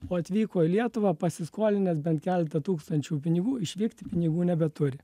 o atvyko į lietuvą pasiskolinęs bent keletą tūkstančių pinigų išvykti pinigų nebeturi